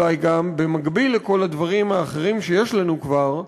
אולי גם במקביל לכל הדברים האחרים שיש לנו כבר,